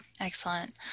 excellent